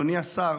אדוני השר,